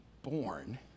born